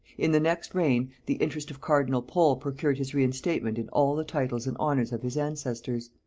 in the next reign, the interest of cardinal pole procured his reinstatement in all the titles and honors of his ancestors.